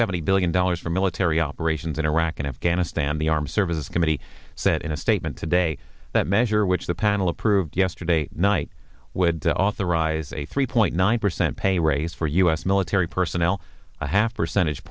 seventy billion dollars for military operations in iraq and afghanistan the armed services committee said in a statement today that measure which the panel approved yesterday night would authorize a three point nine percent pay raise for u s military personnel a half percentage